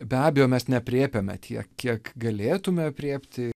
be abejo mes neaprėpiame tiek kiek galėtumėme aprėpti